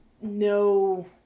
no